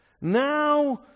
Now